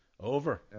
Over